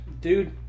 Dude